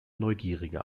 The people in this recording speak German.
neugierige